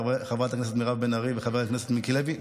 חברת הכנסת מירב בן ארי וחבר הכנסת מיקי לוי.